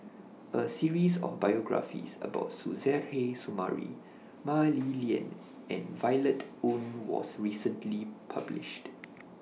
A series of biographies about Suzairhe Sumari Mah Li Lian and Violet Oon was recently published